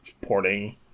porting